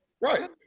Right